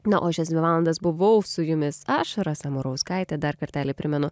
na o šias dvi valandas buvau su jumis aš rasa murauskaitė dar kartelį primenu